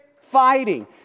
fighting